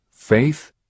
faith